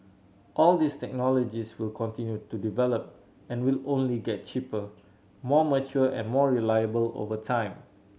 all these technologies will continue to develop and will only get cheaper more mature and more reliable over time